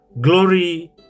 Glory